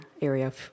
area